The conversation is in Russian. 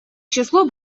число